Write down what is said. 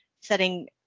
setting